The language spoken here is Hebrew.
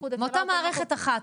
איחוד הצלה -- מאותה מערכת אחת.